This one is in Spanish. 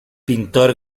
pintor